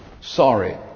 Sorry